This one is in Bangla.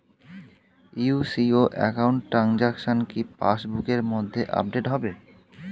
ইউ.সি.ও একাউন্ট ট্রানজেকশন কি পাস বুকের মধ্যে আপডেট হবে?